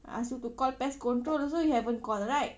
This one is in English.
I ask you to call pest control also you haven't call right